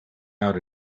out